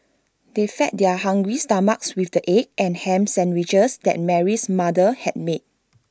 they fed their hungry stomachs with the egg and Ham Sandwiches that Mary's mother had made